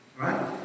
Right